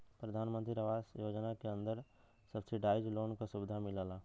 प्रधानमंत्री आवास योजना के अंदर सब्सिडाइज लोन क सुविधा मिलला